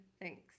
thanks